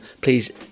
Please